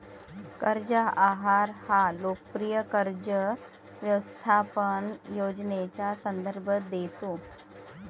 कर्ज आहार हा लोकप्रिय कर्ज व्यवस्थापन योजनेचा संदर्भ देतो